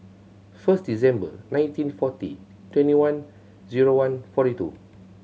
first December nineteen forty twenty one zero one forty two